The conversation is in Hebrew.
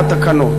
התקנות.